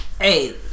Hey